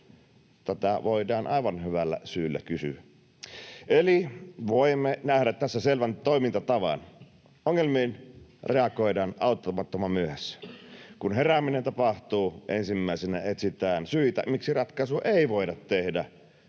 Tätä voidaan aivan hyvällä syyllä kysyä. Eli voimme nähdä tässä selvän toimintatavan, että ongelmiin reagoidaan auttamattoman myöhässä. Kun herääminen tapahtuu, ensimmäisenä etsitään syitä, miksi ratkaisua ei voida tehdä,